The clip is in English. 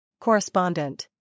Correspondent